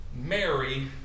Mary